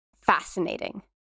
fascinating